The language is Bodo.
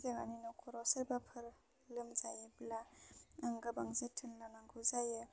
जोंहानि न'खराव सोरबाफोर लोमजायोब्ला आं गोबां जोथोन लानांगौ जायो